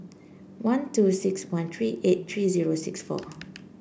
one two six one three eight three zero six four